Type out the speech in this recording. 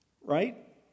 right